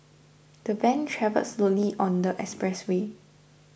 the van travelled slowly on the expressway